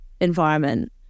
environment